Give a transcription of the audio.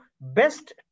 best